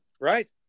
Right